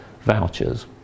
vouchers